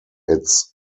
its